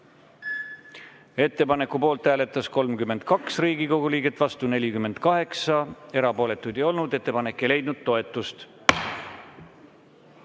Ettepaneku poolt hääletas 32 Riigikogu liiget, vastu 48, erapooletuid ei olnud. Ettepanek ei leidnud toetust.